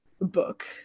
book